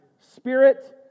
Spirit